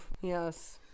yes